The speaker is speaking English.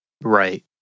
Right